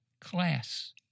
class